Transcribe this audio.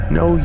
no